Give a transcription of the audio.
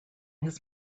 his